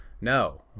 No